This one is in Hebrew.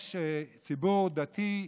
יש ציבור דתי,